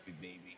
baby